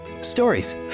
Stories